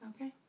Okay